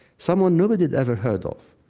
someone nobody had ever heard of,